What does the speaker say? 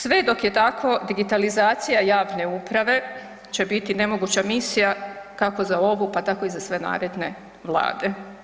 Sve dok je tako, digitalizacija javne uprave će biti nemoguća misija, kako za ovu, pa tako i za sve naredne Vlade.